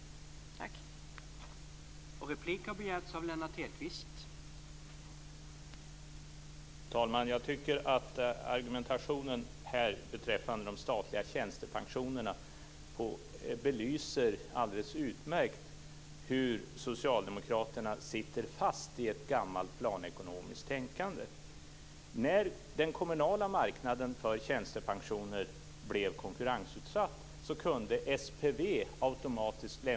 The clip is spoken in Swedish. Tack!